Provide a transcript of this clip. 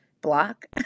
block